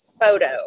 photo